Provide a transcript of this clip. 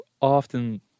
often